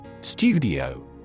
Studio